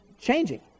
changing